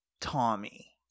Tommy